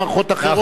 נכון מאוד.